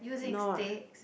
no ah